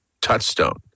touchstone